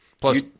Plus